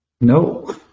no